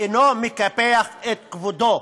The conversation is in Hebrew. אינו מקפח את כבודו".